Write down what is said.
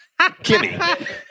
Kimmy